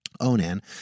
Onan